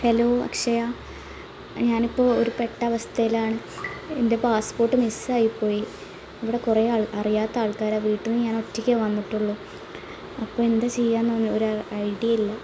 hello Akshaya ഞാനിപ്പോൾ ഒരു പെട്ട അവസ്ഥയിലാണ് എന്റെ പാസ്പ്പോട്ട് മിസ്സായിപ്പോയി ഇവിടെ കുറെ ആൾ അറിയാത്ത ആൾക്കാരാണ് വീട്ടിൽ നിന്ന് ഞാൻ ഒറ്റയ്ക്കാണ് വന്നിട്ടുള്ളൂ അപ്പോൾ എന്താ ചെയ്യുക എന്ന് ഒരു ഐഡിയ ഇല്ല